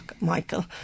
Michael